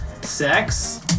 Sex